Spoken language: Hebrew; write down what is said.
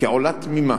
כעולה תמימה